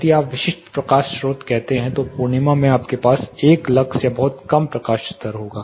यदि आप विशिष्ट प्रकाश स्रोत कहते हैं तो पूर्णिमा में आपके पास एक लक्स या बहुत कम प्रकाश स्तर होगा